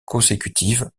consécutive